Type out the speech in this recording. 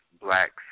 blacks